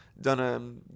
done